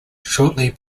shortly